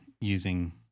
using